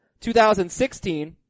2016